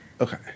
okay